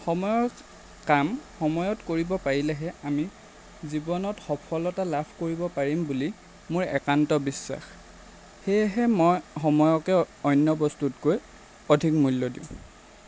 সময়ৰ কাম সময়ত কৰিব পাৰিলেহে আমি জীৱনত সফলতা লাভ কৰিব পাৰিম বুলি মোৰ একান্ত বিশ্বাস সেয়েহে মই সময়কে অন্য বস্তুতকৈ অধিক মূল্য দিওঁ